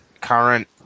current